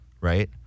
right